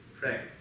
pray